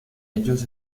ellos